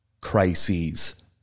crises